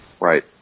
Right